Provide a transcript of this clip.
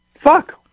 Fuck